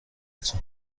تون